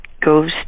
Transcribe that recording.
goes